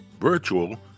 virtual